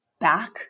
back